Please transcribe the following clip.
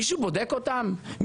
מישהו בודק אותם?